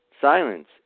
silence